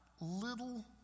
little